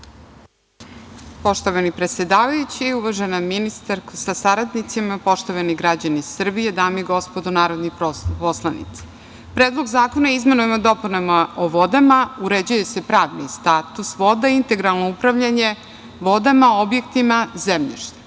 Poštovani predsedavajući, uvažena ministarko sa saradnicima, poštovani građani Srbije, dame i gospodo narodni poslanici, Predlogom zakona o izmenama i dopunama Zakona o vodama uređuje se pravni status voda, integralno upravljanje vodama, objektima, zemljištem.